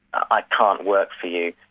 i can't work for you,